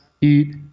eat